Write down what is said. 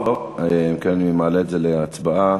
טוב, אם כן, אני מעלה את זה להצבעה,